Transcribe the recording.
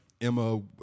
Emma